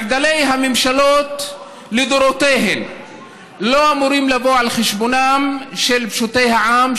מחדלי הממשלות לדורותיהן לא אמורים לבוא על חשבונם של פשוטי העם,